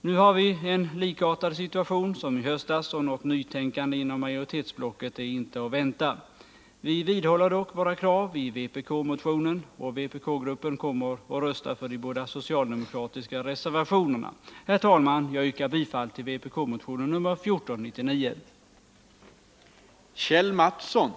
Nu har vi en likartad situation som i höstas, och något nytänkande inom majoritetsblocket är inte att vänta. Vi vidhåller dock våra krav i vpk-motionen, och vpk-gruppen kommer att rösta för de båda socialdemokratiska reservationerna. Herr talman! Jag yrkar bifall till vpk-motionen nr 1499.